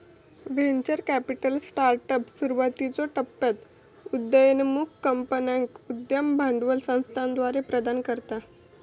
venture capital startups, सुरुवातीच्यो टप्प्यात उदयोन्मुख कंपन्यांका उद्यम भांडवल संस्थाद्वारा प्रदान करता